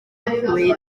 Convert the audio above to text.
dargedwyd